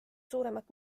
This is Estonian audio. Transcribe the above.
suuremat